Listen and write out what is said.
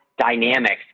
dynamics